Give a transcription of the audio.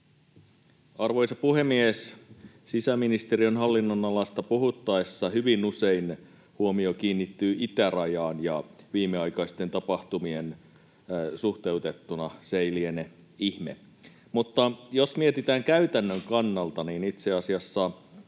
Arvoisa puhemies! Sisäministeriön hallinnonalasta puhuttaessa hyvin usein huomio kiinnittyy itärajaan, ja viimeaikaisiin tapahtumiin suhteutettuna se ei liene ihme. Mutta jos mietitään käytännön kannalta, itse asiassa